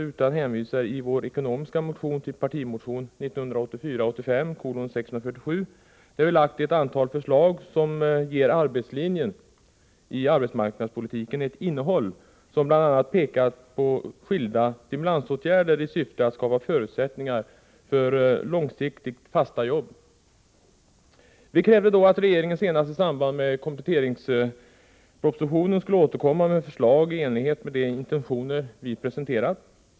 I stället hänvisar vi i vår ekonomiska motion till partimotionen 1984/85:647, där vi lagt fram ett antal förslag som ger arbetslinjen i arbetsmarknadspolitiken ett innehåll och bl.a. pekat på skilda stimulansåtgärder i syfte att skapa förutsättningar för långsiktigt fasta jobb. Vi krävde då att regeringen senast i samband med kompletteringspropositionen skulle återkomma med förslag i enlighet med de intentioner vi presenterat.